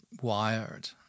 wired